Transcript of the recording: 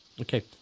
Okay